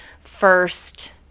first